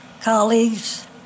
colleagues